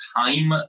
time